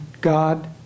God